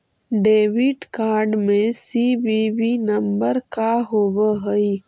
Debit card में C V V number का होव हइ?